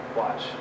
watch